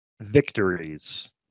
victories